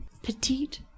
Petite